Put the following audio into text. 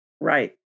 Right